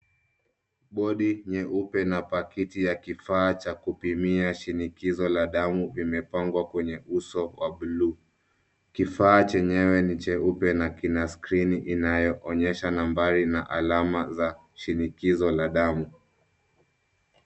Bodi nyeupe na pakiti ya kifaa cha kupimia shinikizo la damu vimepangwa kwenye uso wa blue . Kifaa chenyewe ni cheupe na kina skrini inayoonyesha nambari na alama za shinikizo la damu.